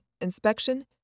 inspection